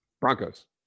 Broncos